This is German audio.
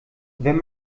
wenn